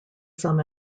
some